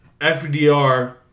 FDR